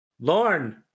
Lorne